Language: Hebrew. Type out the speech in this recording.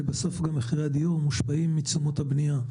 שבסוף מחירי הדיור מושפעים גם מתשומות הבנייה.